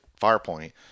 Firepoint